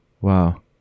Wow